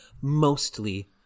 mostly